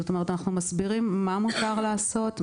זאת אומרת שאנחנו מסבירים מה מותר לעשות,